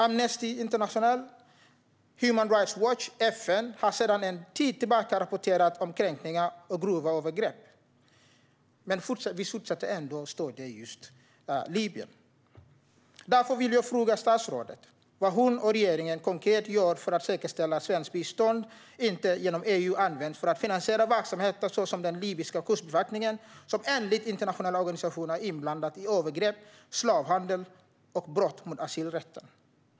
Amnesty International, Human Rights Watch och FN har sedan en tid tillbaka rapporterat om kränkningar och grova övergrepp, men vi fortsätter ändå att stödja just Libyen. Därför vill jag fråga statsrådet vad hon och regeringen konkret gör för att säkerställa att svenskt bistånd inte genom EU används för att finansiera verksamheter som den libyska kustbevakningen, som enligt internationella organisationer är inblandad i övergrepp, slavhandel och brott mot asylrätten.